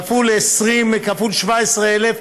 כפול 17,000,